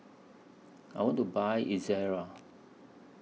I want to Buy Ezerra